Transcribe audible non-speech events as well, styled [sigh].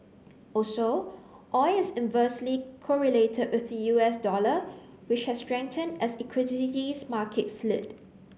also oil is inversely correlated with the U S dollar which has strengthen as [unintelligible] markets slid